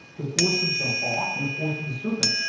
the force of the hawk and the force of the serpent.